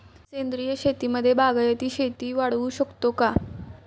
सेंद्रिय शेतीमध्ये बागायती शेती वाढवू शकतो का?